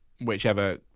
whichever